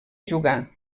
jugar